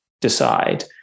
decide